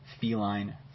feline